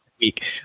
week